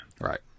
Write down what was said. Right